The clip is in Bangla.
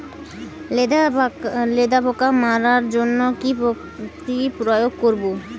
লেদা পোকা মারার জন্য কি প্রয়োগ করব?